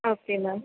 okay ma'am